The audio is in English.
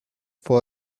for